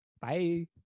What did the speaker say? bye